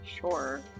Sure